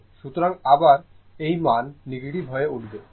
সুতরাং আবার এই মান নেগেটিভ হয়ে উঠবে